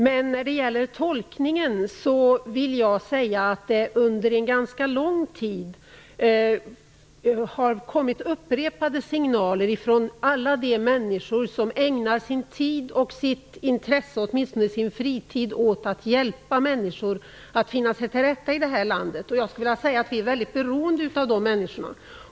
Men när det gäller tolkningen vill jag säga att det under en ganska lång tid har kommit upprepade signaler från alla de människor som ägnar sin fritid åt att hjälpa personer som kommer hit att finna sig till rätta i det här landet. Vi är väldigt beroende av dessa människor.